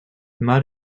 mud